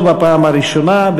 לא בפעם הראשונה,